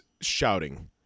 shouting